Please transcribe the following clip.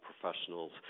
professionals